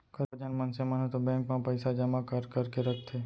कतको झन मनसे मन ह तो बेंक म पइसा जमा कर करके रखथे